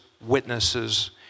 witnesses